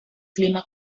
clima